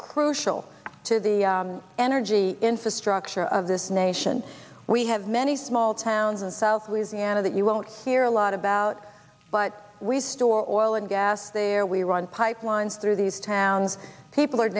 crucial to the energy infrastructure of this nation we have many small towns in south louisiana that you won't hear a lot about but we store or oil and gas there we run pipelines through these towns people are